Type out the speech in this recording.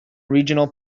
regional